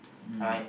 mm